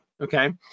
Okay